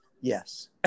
yes